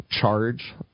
charge